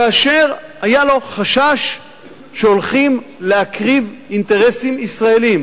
כאשר היה לו חשש שהולכים להקריב אינטרסים ישראליים